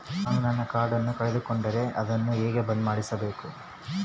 ನಾನು ನನ್ನ ಕಾರ್ಡನ್ನ ಕಳೆದುಕೊಂಡರೆ ಅದನ್ನ ಹೆಂಗ ಬಂದ್ ಮಾಡಿಸಬೇಕು?